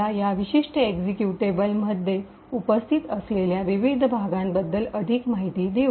example1 आपल्याला या विशिष्ट एक्सिक्यूटेबल मध्ये उपस्थित असलेल्या विविध विभागांबद्दल अधिक माहिती देऊ